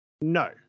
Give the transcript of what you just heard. No